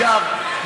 אגב,